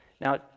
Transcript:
Now